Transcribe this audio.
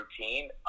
routine